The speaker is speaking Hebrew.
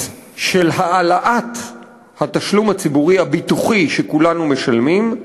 של העלאת התשלום הציבורי הביטוחי שכולנו משלמים,